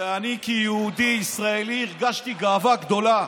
ואני כיהודי ישראלי הרגשתי גאווה גדולה.